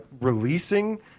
releasing